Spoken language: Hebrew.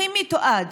הכי מתועד,